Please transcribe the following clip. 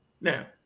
Now